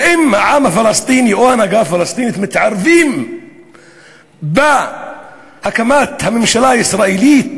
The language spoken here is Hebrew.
האם העם הפלסטיני או ההנהגה הפלסטינית מתערבים בהקמת הממשלה הישראלית?